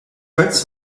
hurts